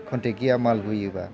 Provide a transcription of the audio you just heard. खनथेखिआ माल बोयोबा